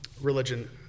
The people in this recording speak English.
religion